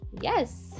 yes